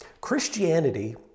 Christianity